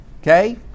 okay